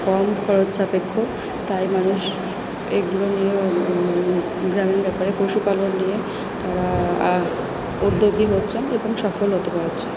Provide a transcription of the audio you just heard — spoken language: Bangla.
কম খরচসাপেক্ষ তাই মানুষ এইগুলো নিয়েও গ্রামীণ ব্যাপারে পশুপালন নিয়ে তারা উদ্যোগী হচ্ছেন এবং সফল হতে পারছে